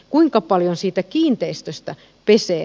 kuinka paljon siitä kiinteistöstä pesee